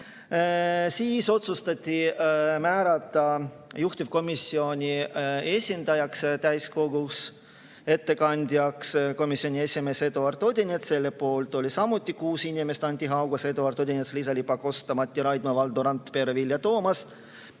Siis otsustati määrata juhtivkomisjoni esindajaks täiskogus, ettekandjaks komisjoni esimees Eduard Odinets. Selle poolt oli samuti kuus inimest: Anti Haugas, Eduard Odinets, Liisa-Ly Pakosta, Mati Raidma, Valdo Randpere, Vilja Toomast.